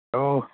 ꯑꯣ